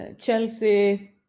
Chelsea